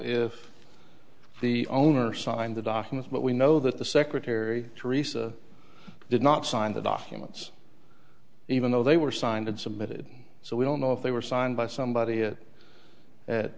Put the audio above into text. if the owner signed the documents but we know that the secretary theresa did not sign the documents even though they were signed and submitted so we don't know if they were signed by somebody it